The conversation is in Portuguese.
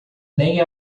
nem